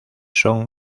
son